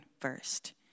first